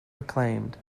reclaimed